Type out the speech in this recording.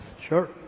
Sure